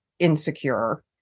insecure